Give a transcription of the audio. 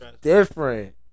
different